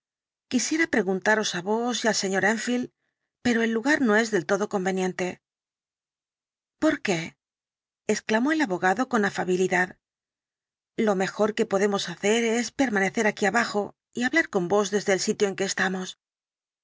quisiera preguntaros á vos y al sr enfield pero el lugar no es del todo conveniente por qué exclamó el abogado con afabilidad lo mejor que podemos hacer es permanecer aquí abajo y hablar con vos desde el sitio en que estamos